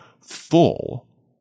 full